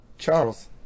Charles